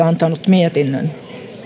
antanut mietinnön